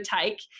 take